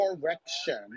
correction